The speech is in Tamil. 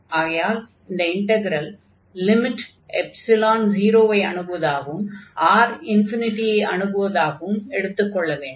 ஆகையால் அந்த இன்டக்ரலில் லிமிட் 0 ஐ அணுகுவதாகவும் R ஐ அணுகுவதாகவும் எடுத்துக் கொள்ள வேண்டும்